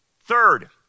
Third